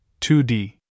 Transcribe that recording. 2d